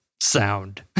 sound